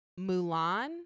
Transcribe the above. Mulan